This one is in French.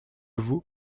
vous